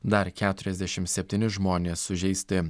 dar keturiasdešim septyni žmonės sužeisti